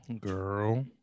girl